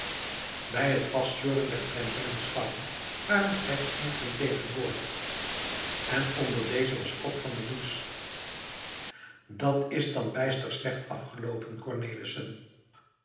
bij het vastsjorren der plempen en schouwen waren slechts enkelen tegenwoordig en onder deze was ook van der does dat is dan bijster slecht afgeloopen cornelissen